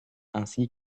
ainsi